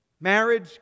Marriage